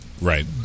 Right